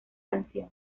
canción